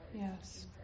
Yes